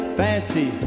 fancy